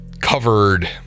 covered